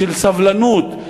ושל סבלנות,